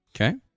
Okay